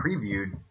previewed